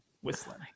whistling